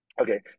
Okay